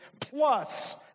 plus